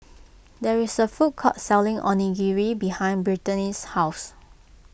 there is a food court selling Onigiri behind Brittanie's house